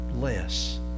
less